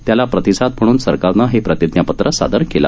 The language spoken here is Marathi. त्याला प्रतिसाद म्हणून सरकारनं हे प्रतिज्ञापत्र सादर केलं